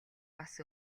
бас